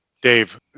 Dave